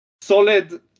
solid